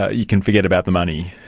ah you can forget about the money.